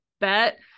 bet